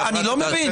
אני לא מבין.